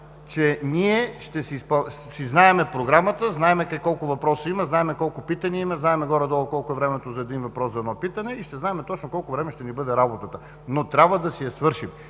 че ние ще знаем програмата, знаем колко въпроса има, знаем колко питания има, знаем горе-долу колко е времето за един въпрос, за едно питане и ще знаем точно колко време ще ни бъде работата, но трябва да си я свършим.